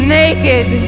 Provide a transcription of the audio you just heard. naked